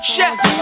Chef